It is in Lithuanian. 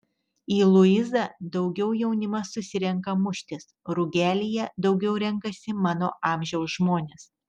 į luizą daugiau jaunimas susirenka muštis rugelyje daugiau renkasi mano amžiaus žmonės